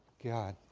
god,